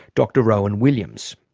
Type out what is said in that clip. dr rowan williams.